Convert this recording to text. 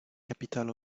capital